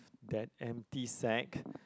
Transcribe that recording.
that empty sack